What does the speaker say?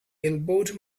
elbowed